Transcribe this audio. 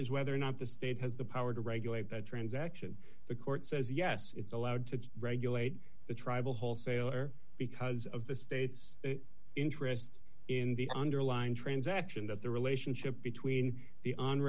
is whether or not the state has the power to regulate the transaction the court says yes it's allowed to regulate the tribal wholesaler because of the state's interest in the underlying transaction but the relationship between the on